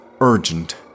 urgent